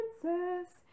Princess